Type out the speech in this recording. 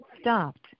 stopped